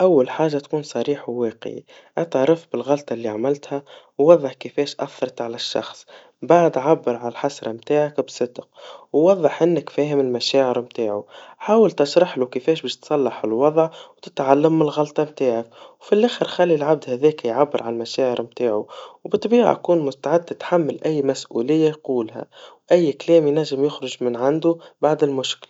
أول حاجا تكون صريح وواقعي, اعترف بالغلطا اللي عاملتها, ووضح كيفاش أثرت على الشخص, بعد عبر عالحسرا متاعك, بصدق, ووضح انك فاهم المشاعر متاعه, حاول تشرحله كيفاش باش تصلح الوضع, وتتعلم من الغلطا متاعك, وفالآخر خلي العبد هاذاك يعبر عن المشاعر متاعه, وبالطبيعا كون مستعد تتحمل أي مسؤوليا يقولها, وأي كلام ينجم يخرج من عنده ببعد المشكلا.